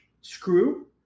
screw